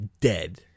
dead